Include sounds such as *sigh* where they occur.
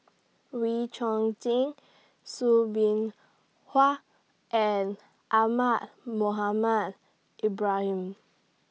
Wee Chong Jin Soo Bin *unintelligible* and Ahmad Mohamed Ibrahim